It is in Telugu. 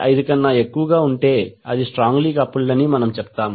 5 కన్నా ఎక్కువగా ఉంటే అది స్ట్రాంగ్ లీ కపుల్డ్ అని మనము చెప్తాము